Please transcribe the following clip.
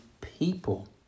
people